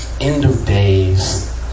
end-of-days